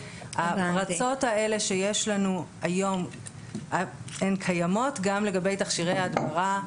הפרצות האלה שיש לנו היום הן קיימות גם לגבי תכשירי ההדברה.